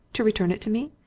to return it to me?